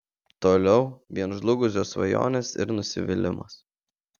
toliau vien žlugusios svajonės ir nusivylimas